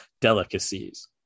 delicacies